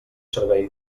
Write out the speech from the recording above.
servei